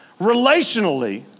relationally